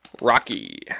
Rocky